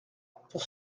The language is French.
pour